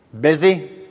Busy